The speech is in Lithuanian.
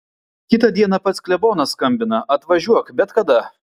kitą dieną pats klebonas skambina atvažiuok bet kada